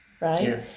right